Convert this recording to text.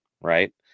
right